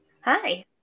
Hi